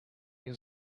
your